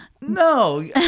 No